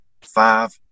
five